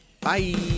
Bye